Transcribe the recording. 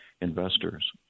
investors